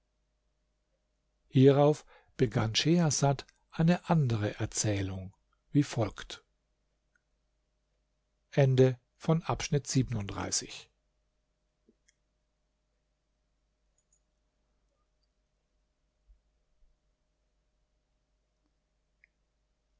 hierauf begann schehersad eine andere erzählung wie folgt